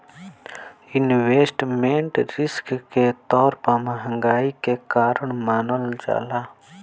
investment risk के तौर पर महंगाई के कारण मानल जाला